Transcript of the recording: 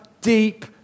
deep